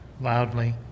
loudly